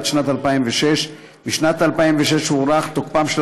עד שנת 2006. משנת 2006 הוארך תוקפם של